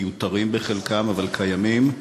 מיותרים בחלקם אבל קיימים,